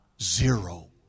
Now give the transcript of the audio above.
Zero